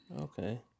Okay